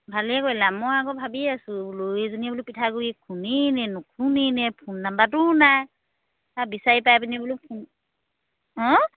ভালেই কৰিলা মই আকৌ ভাবি আছোঁ বোলো এইজনীয়ে বোলো পিঠাগুৰি খুন্দেইনে নুখুন্দেইনে ফোন নাম্বাৰটোও নাই বিচাৰি পাই পিনি বোলো ফোন অঁ